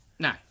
No